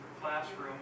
classroom